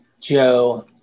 Joe